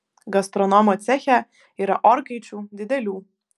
gastronomo ceche yra orkaičių didelių